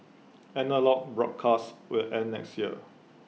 analogue broadcasts will end next year